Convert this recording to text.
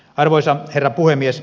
arvoisa herra puhemies